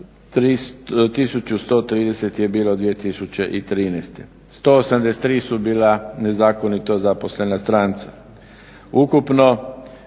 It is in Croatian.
1130 je bilo 2013., 183 su bila nezakonito zaposlena stranca. Ukupno